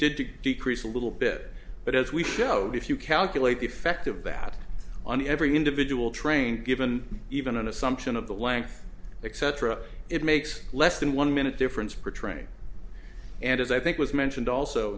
did to decrease a little bit but as we showed if you calculate the effect of that on every individual train given even an assumption of the length etc it makes less than one minute difference pre training and as i think was mentioned also